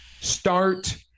start